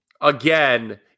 Again